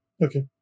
Okay